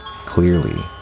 Clearly